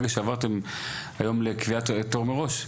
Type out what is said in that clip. ברגע שעברתם היום לקביעת תור מראש,